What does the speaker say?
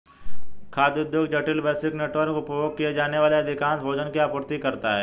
खाद्य उद्योग जटिल, वैश्विक नेटवर्क, उपभोग किए जाने वाले अधिकांश भोजन की आपूर्ति करता है